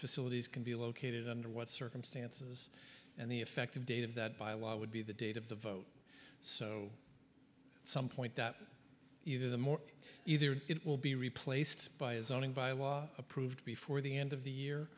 facilities can be located under what circumstances and the effective date of that by a lot would be the date of the vote so some point that either the more either or it will be replaced by is owned by a law approved before the end of the year